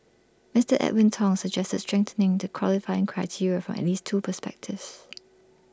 Mister Edwin Tong suggested strengthening the qualifying criteria from at least two perspectives